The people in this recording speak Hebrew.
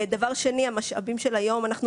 דבר שני, המשאבים של היום, אנחנו גדלים משנה לשנה.